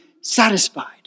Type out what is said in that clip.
satisfied